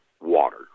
water